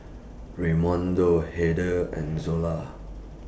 Raymundo Hertha and Zola